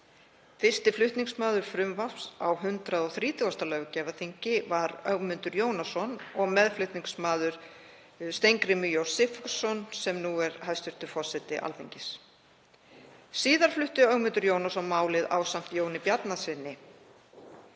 Fyrsti flutningsmaður frumvarps á 130. löggjafarþingi var Ögmundur Jónasson og meðflutningsmaður Steingrímur J. Sigfússon sem nú er hæstv. forseti Alþingis. Síðar flutti Ögmundur Jónasson málið ásamt Jóni Bjarnasyni.